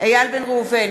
איל בן ראובן,